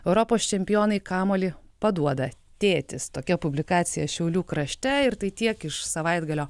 europos čempionai kamuolį paduoda tėtis tokia publikacija šiaulių krašte ir tai tiek iš savaitgalio